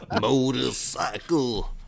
Motorcycle